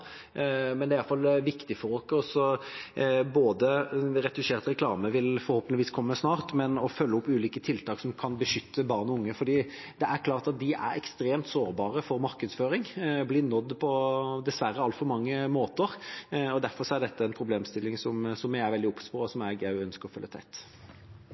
å følge opp ulike tiltak som kan beskytte barn og unge, for det er klart at de er ekstremt sårbare for markedsføring og blir dessverre nådd på altfor mange måter. Derfor er dette en problemstilling som jeg er veldig obs på, og som jeg også ønsker å følge tett.